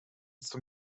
zum